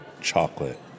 chocolate